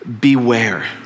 beware